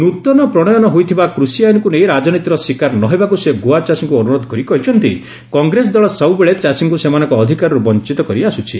ନୂତନ ପ୍ରଣୟନ ହୋଇଥିବା କୃଷି ଆଇନକୁ ନେଇ ରାଜନୀତିର ଶିକାର ନ ହେବାକୁ ସେ ଗୋଆ ଚାଷୀଙ୍କୁ ଅନୁରୋଧ କରି କହିଛନ୍ତି କଂଗ୍ରେସ ଦଳ ସବୁବେଳେ ଚାଷୀଙ୍କୁ ସେମାନଙ୍କ ଅଧିକାରରୁ ବଞ୍ଚ୍ଚିତ କରି ଆସୁଛି